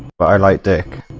by an idyllic